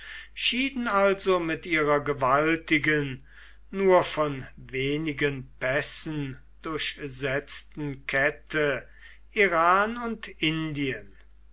schieden also mit ihrer gewaltigen nur von wenigen pässen durchsetzten kette iran und indien